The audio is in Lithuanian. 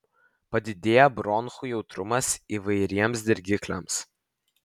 padidėja bronchų jautrumas įvairiems dirgikliams